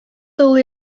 тол